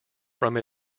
from